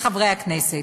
לחברי הכנסת.